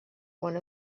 one